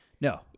No